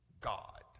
God